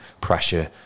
pressure